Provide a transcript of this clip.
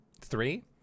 three